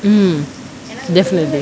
mm definitely